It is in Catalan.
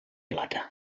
plata